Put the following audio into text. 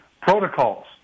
protocols